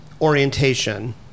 orientation